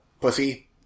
pussy